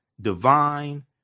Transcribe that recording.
divine